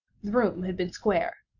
room had been square.